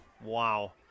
wow